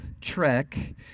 trek